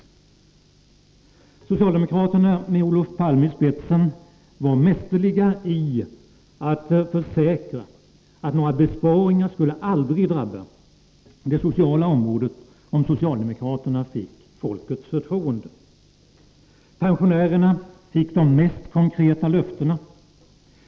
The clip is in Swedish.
Torsdagen den Socialdemokraterna — med Olof Palme i spetsen — var mästerliga i att 20 oktober 1983 försäkra att några besparingar aldrig skulle drabba det sociala området, om socialdemokraterna fick folkets förtroende. Pensionärerna fick de mest konkreta löftena.